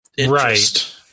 Right